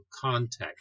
context